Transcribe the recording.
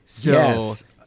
Yes